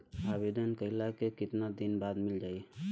आवेदन कइला के कितना दिन बाद मिल जाई?